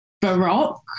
baroque